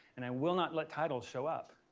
and i will not let titles show up,